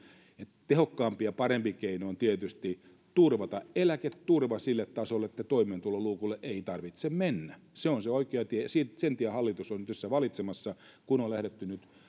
että tehokkaampi ja parempi keino on tietysti turvata eläketurva sille tasolle että toimeentuloluukulle ei tarvitse mennä se on se oikea tie sen tien hallitus on nyt tässä valitsemassa kun on lähdetty